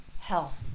health